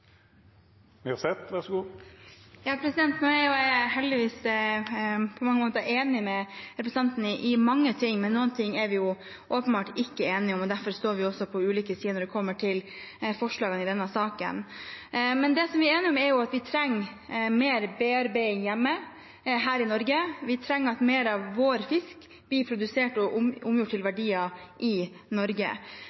jeg heldigvis på mange måter enig med representanten i mange ting, men noen ting er vi åpenbart ikke enige om, og derfor står vi også på ulike sider når det kommer til forslagene i denne saken. Det vi er enige om, er at vi trenger mer bearbeiding hjemme, her i Norge, vi trenger at mer av vår fisk blir produsert og omgjort til